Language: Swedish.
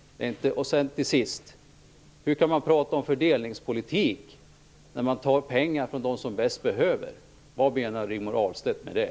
Till sist: Hur kan man tala om fördelningspolitik när man tar pengar från dem som bäst behöver dem? Vad menar Rigmor Ahlstedt med det?